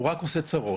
הוא רק עושה צרות.